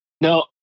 No